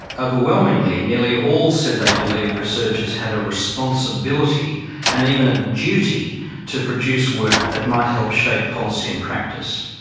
overwhelmingly, nearly all said they believed researchers had a responsibility and even ah duty to produce work that might help shape policy and practice.